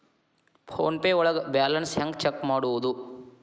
Phone pay ಒಳಗ balance ಹೆಂಗ್ check ಮಾಡುವುದು?